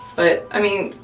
but i mean,